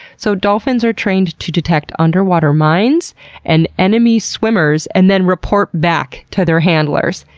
so, dolphins are trained to detect underwater mines and enemy swimmers, and then report back to their handlers.